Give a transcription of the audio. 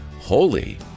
Holy